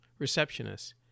receptionists